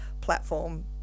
platform